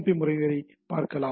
B நெறிமுறையைப் பார்க்கலாம்